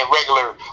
regular